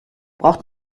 braucht